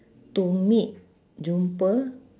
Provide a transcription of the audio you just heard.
to meet jumpa